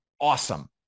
awesome